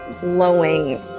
glowing